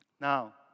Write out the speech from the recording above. Now